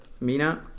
Mina